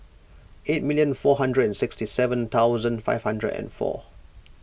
eight million four hundred and sixty seven thousand five hundred and four